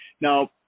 now